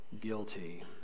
guilty